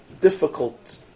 difficult